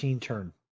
turn